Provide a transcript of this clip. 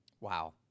Wow